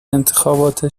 انتخابات